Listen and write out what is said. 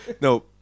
No